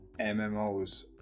MMOs